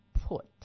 put